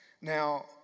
Now